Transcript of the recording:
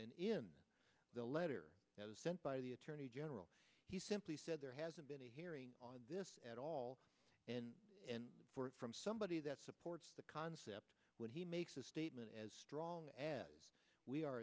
and in the letter that was sent by the attorney general he simply said there hasn't been a hearing on this at all and forth from somebody that supports the concept when he makes a statement as strong as we are